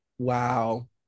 Wow